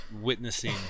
witnessing